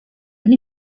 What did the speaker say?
and